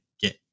get